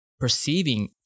perceiving